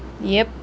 yup